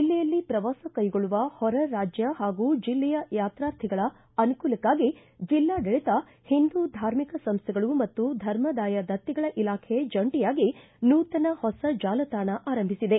ಜಿಲ್ಲೆಯಲ್ಲಿ ಪ್ರವಾಸ ಕೈಗೊಳ್ಳುವ ಹೊರ ರಾಜ್ಯ ಹಾಗೂ ಜಿಲ್ಲೆಯ ಯಾತಾರ್ಥಿಗಳ ಅನುಕೂಲಕ್ಕಾಗಿ ಜಿಲ್ಲಾಡಳಿತ ಒಂದೂ ಧಾರ್ಮಿಕ ಸಂಸ್ಥೆಗಳು ಮತ್ತು ಧರ್ಮದಾಯ ದತ್ತಿಗಳ ಇಲಾಖೆ ಜಂಟೆಯಾಗಿ ನೂತನ ಹೊಸ ಜಾಲತಾಣ ಆರಂಭಿಸಿದೆ